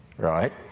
right